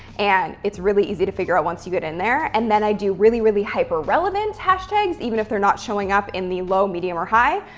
and it's really easy to figure out once you get in there. and then i do really, really hyper-relevant hashtags, even if they're not showing up in the low, medium or high.